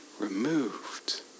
removed